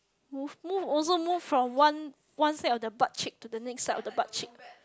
move move also move from one one side of your butt cheek to the next side of the butt cheek